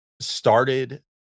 started